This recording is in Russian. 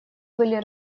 были